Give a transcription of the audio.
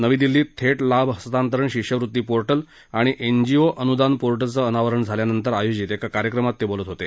नवी दिल्लीत थेट लाभ हस्तांतरण शिष्यवृत्ती पोर्टल आणि आणि एनजीओ अनुदान पोर्टलचं अनावरण झाल्यानंतर आयोजित एका कार्यक्रमात ते बोलत होते